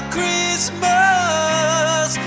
Christmas